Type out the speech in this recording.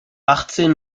achtzehn